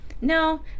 No